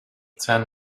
ten